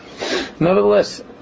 Nevertheless